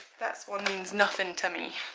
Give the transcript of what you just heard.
that swan means nothing to me